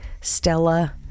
Stella